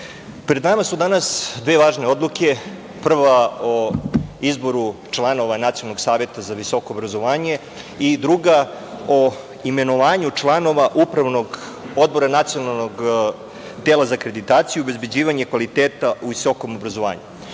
pred nama su danas dve važne odluke, prva o izboru članova Nacionalnog saveta za visoko obrazovanje i druga o imenovanju članova Upravnog odbora Nacionalnog tela za akreditaciju i obezbeđivanje kvaliteta u visokom obrazovanju. Naravno,